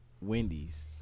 Wendy's